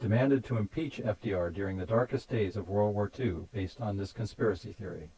demanded to impeach f d r during the darkest days of world war two based on this conspiracy theory